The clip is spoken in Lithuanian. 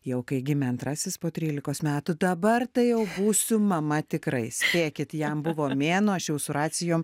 jau kai gimė antrasis po trylikos metų dabar tai jau būsiu mama tikrai spėkit jam buvo mėnuo aš jau su racijom